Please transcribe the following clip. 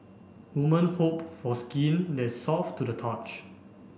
women hope for skin that soft to the touch